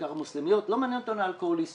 בעיקר המוסלמיות לא מעניין אותנו אלכוהוליסטים.